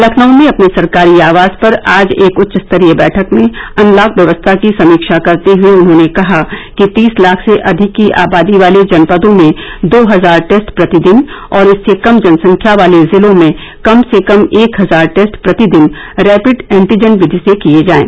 लखनऊ में अपने सरकारी आवास पर आज एक उच्च स्तरीय बैठक में अनलोंक व्यवस्था की समीक्षा करते हुए उन्होंने कहा कि तीस लाख से अधिक की आबादी वाले जनपदों में दो हजार टेस्ट प्रतिदिन और इससे कम जनसंख्या वाले जिलों में कम से कम एक हजार टेस्ट प्रतिदिन रैपिड एन्टीजन विधि से किए जाएं